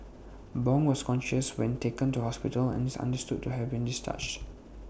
Bong was conscious when taken to hospital and is understood to have been discharged